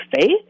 faith